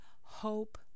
hope